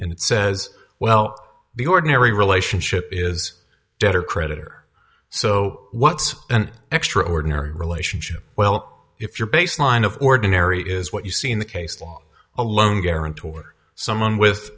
and says well the ordinary relationship is dead or creditor so what's an extraordinary relationship well if your baseline of ordinary is what you see in the case law alone guarantor or someone with